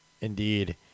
Indeed